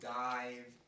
dive